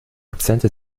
akzente